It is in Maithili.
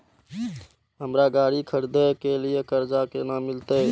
हमरा गाड़ी खरदे के लिए कर्जा केना मिलते?